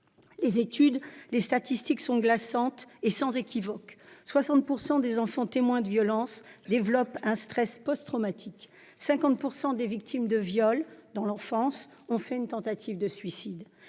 Les études et les statistiques sont glaçantes, sans équivoque : 60 % des enfants témoins de violence souffrent de stress post-traumatique ; 50 % des victimes de viol durant leur enfance ont fait une tentative de suicide.